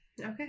Okay